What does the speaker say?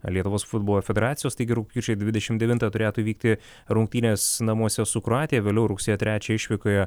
lietuvos futbolo federacijos taigi rugpjūčio dvidešim devintą turėtų įvykti rungtynės namuose su kroatija vėliau rugsėjo trečią išvykoje